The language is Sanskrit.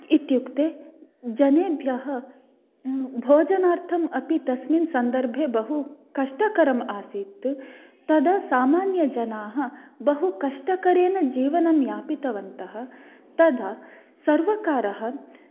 इत्युक्ते जनेभ्यः भोजनार्थम् अपि तस्मिन् सन्दर्भे बहु कष्टकरम् आसीत् तदा सामान्यजनाः बहुकष्टकरेण जीवनं यापितवन्तः तदा सर्वकारः